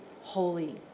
holy